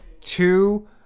two